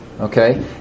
Okay